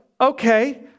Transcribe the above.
okay